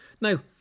Now